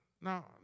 Now